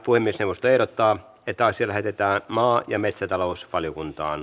puhemiesneuvosto ehdottaa että asia lähetetään maa ja metsätalousvaliokuntaan